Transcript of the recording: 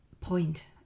point